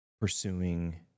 pursuing